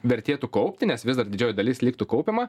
vertėtų kaupti nes vis dar didžioji dalis liktų kaupiama